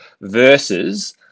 versus